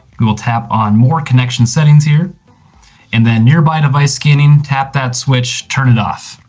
we will tap on more connection settings here and then nearby device scanning, tap that switch, turn it off.